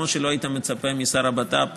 כמו שלא היית מצפה משר הבט"פ